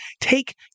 take